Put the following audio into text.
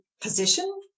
position